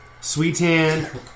Sweetan